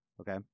okay